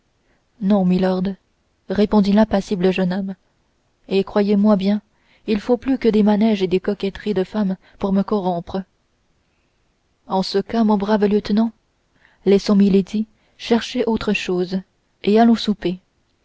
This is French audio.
non milord répondit l'impassible jeune homme et croyez-moi bien il faut plus que des manèges et des coquetteries de femme pour me corrompre en ce cas mon brave lieutenant laissons milady chercher autre chose et allons souper